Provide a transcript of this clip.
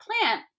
plant